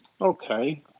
Okay